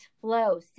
flow